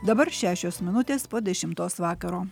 dabar šešios minutės po dešimtos vakaro